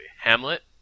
Hamlet